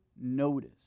notice